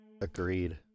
Agreed